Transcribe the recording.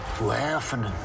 laughing